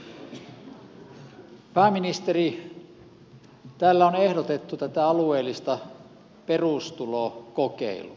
pääministeri täällä on ehdotettu tätä alueellista perustulokokeilua